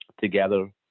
together